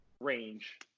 range